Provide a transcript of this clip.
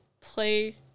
play